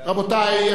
רבותי,